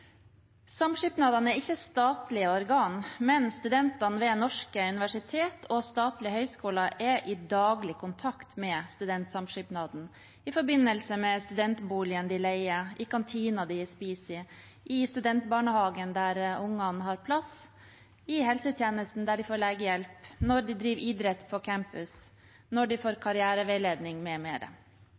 Samskipnadene er ikke statlige organ, men studenter ved norske universitet og statlige høyskoler er daglig i kontakt med studentsamskipnadene i forbindelse med studentboligen de leier, i kantinen de spiser i, i studentbarnehagen barnet deres har plass i, i helsetjenesten der de får legehjelp, når de driver idrett på campus, når de får karriereveiledning,